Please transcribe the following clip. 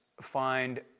find